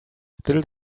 little